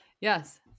Yes